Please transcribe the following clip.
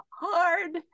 hard